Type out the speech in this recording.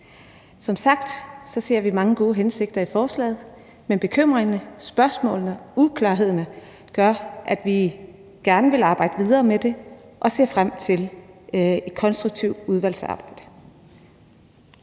Som sagt ser vi mange gode hensigter i forslaget, men bekymringerne, spørgsmålene og uklarhederne gør, at vi gerne vil arbejde videre med det, og vi ser frem til et konstruktivt udvalgsarbejde.